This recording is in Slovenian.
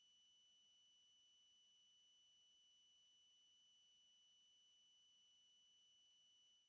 Hvala